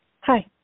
hi